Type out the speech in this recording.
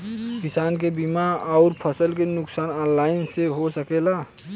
किसान के बीमा अउर फसल के नुकसान ऑनलाइन से हो सकेला?